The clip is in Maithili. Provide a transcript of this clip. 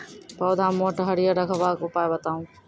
पौधा मोट आर हरियर रखबाक उपाय बताऊ?